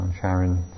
Sharon